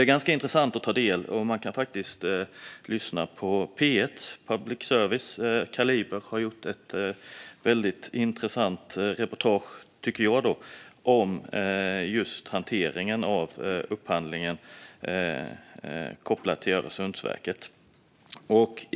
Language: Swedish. Radioprogrammet Kaliber i P1 har gjort ett intressant reportage om just hanteringen av denna upphandling.